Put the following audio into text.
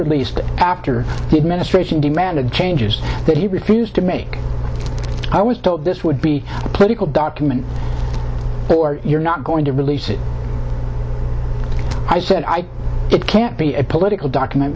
released after the administration demanded changes that he refused to make i was told this would be a political document or you're not going to release it i said i it can't be a political document